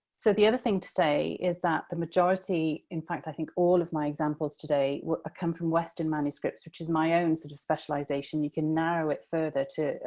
so, the other thing to say is that the majority in fact, i think all of my examples today come from western manuscripts, which is my own sort of specialization. you can narrow it further to,